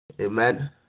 Amen